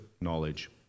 knowledge